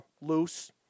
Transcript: loose